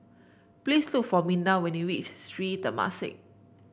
please look for Minda when you reach Sri Temasek